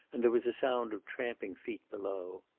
and there was a sound of tramping feet below.